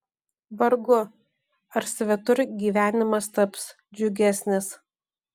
vargu ar svetur gyvenimas taps džiugesnis